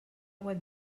web